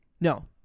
No